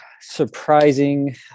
surprising